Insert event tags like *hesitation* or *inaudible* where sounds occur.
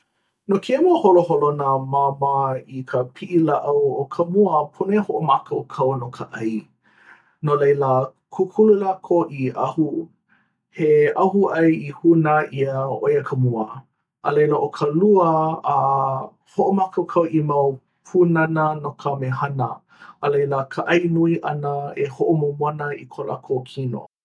no kēia mau holoholona māmā i ka piʻi lāʻau ʻo ka mua pono e hoʻomākaukau no ka ʻai no laila kūkulu lākou i ahu *hesitation* he ahu ʻai i hūnā ʻia, ʻoia ka mua a laila ʻo ka lua a *hesitation* hoʻomākaukau i mau pūnana no ka mehana. a laila ka ʻai nui ʻana e hoʻomomona i ko lākou kino